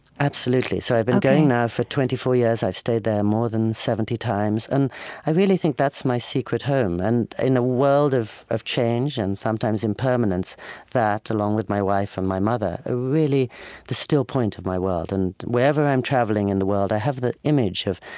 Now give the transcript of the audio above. absolutely. so i've been going now for twenty four years, i've stayed there more than seventy times. and i really think that's my secret home. and in a world of of change and sometimes impermanence that, along with my wife and my mother, are really the still point of my world. and wherever i'm traveling in the world, i have the image of